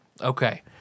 Okay